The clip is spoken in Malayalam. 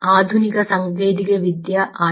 ആധുനിക സാങ്കേതികവിദ്യ ആണിവ